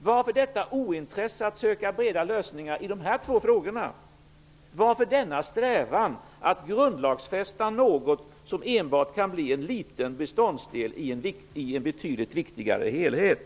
Varför detta ointresse att söka breda lösningar i dessa två frågor? Varför denna strävan att grundlagsfästa något som enbart kan bli en liten beståndsdel i en betydligt viktigare helhet?